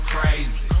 crazy